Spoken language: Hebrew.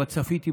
אבל צפיתי בדיון,